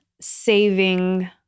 saving